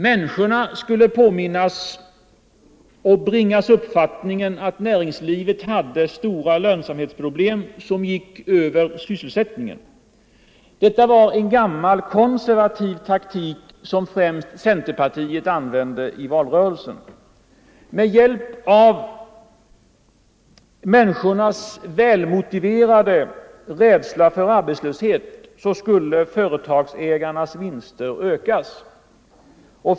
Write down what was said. Människorna skulle 6 hovember 1974 bibringas uppfattningen att näringslivet hade stora lönsamhetsproblem, som gick ut över sysselsättningen. Det var en gammal konservativ taktik, — Allmänpolitisk som främst centerpartiet använde i valrörelsen. Med hjälp av männis = debatt sidiga krav på lättnader för företagen. Den borgerliga propogandan var avsedd att ge svenska folket ett intryck kornas välmotiverade rädsla för arbetslöshet skulle företagsägarnas vinster ökas.